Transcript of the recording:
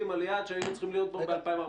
על יעד שהיינו צריכים להיות בו ב-2014.